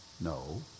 no